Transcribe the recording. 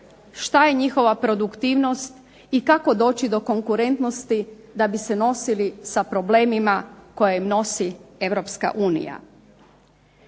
što je njihova produktivnost i kako doći do konkurentnosti da bi se nosili sa problemima koje im nosi